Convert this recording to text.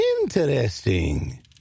interesting